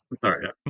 sorry